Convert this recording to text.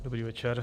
Dobrý večer.